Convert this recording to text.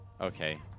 Okay